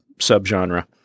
subgenre